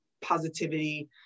positivity